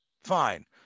Fine